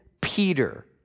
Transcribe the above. Peter